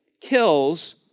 kills